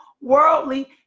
worldly